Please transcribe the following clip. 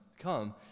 come